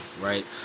Right